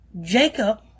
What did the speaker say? Jacob